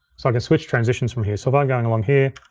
so i can switch transitions from here. so if i'm going along here,